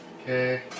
Okay